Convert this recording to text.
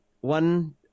one